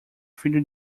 filho